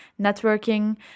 networking